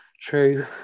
true